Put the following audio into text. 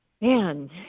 Man